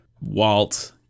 Walt